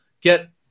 get